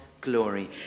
glory